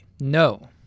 No